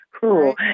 Cool